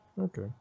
Okay